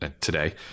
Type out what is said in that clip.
today